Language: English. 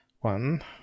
one